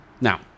now